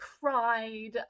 cried